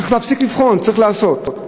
צריך להפסיק לבחון, צריך לעשות.